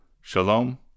Shalom